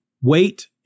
wait